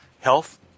health